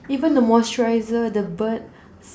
even the moisturizer the bird